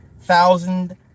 thousand